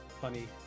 funny